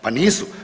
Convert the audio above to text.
Pa nisu.